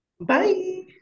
Bye